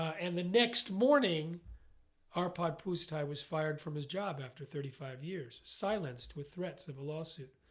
and the next morning arpad pusztai was fired from his job after thirty five years silenced with threats of a lawsuit.